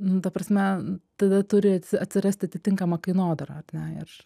nu ta prasme tada turi atsirast atitinkama kainodara ar ne ir